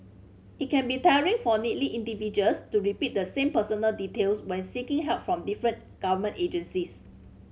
it can be tiring for needy individuals to repeat the same personal details when seeking help from different government agencies